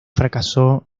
fracasó